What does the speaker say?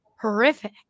horrific